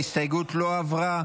ההסתייגות לא עברה.